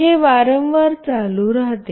हे वारंवार चालू राहते